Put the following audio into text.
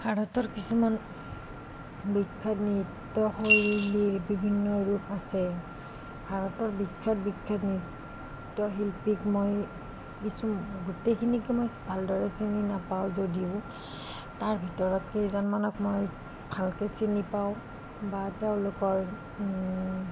ভাৰতৰ কিছুমান বিখ্যাত নৃত্য শৈলীৰ বিভিন্ন ৰূপ আছে ভাৰতৰ বিখ্যাত বিখ্যাত নৃত্য শিল্পীক মই কিছু গোটেইখিনিকে মই ভালদৰে চিনি নাপাওঁ যদিও তাৰ ভিতৰত কেইজনমানক মই ভালকে চিনি পাওঁ বা তেওঁলোকৰ